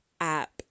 app